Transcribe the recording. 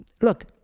Look